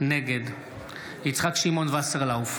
נגד יצחק שמעון וסרלאוף,